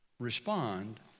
Respond